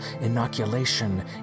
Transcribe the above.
inoculation